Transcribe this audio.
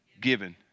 given